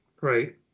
Right